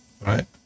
right